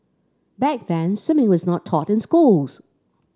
back then swimming was not taught in schools